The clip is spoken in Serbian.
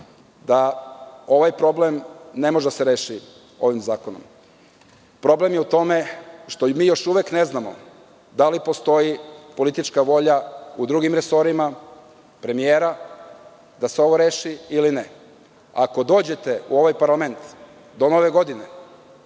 da ovaj problem ne može da se reši ovim zakonom. Problem je u tome što mi još uvek ne znamo da li postoji politička volja u drugim resorima premijera da se ovo reši ili ne? Ako dođete u ovaj parlament do nove godine,